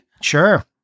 sure